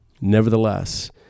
Nevertheless